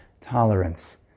tolerance